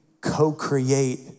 co-create